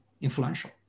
influential